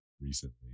recently